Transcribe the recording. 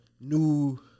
new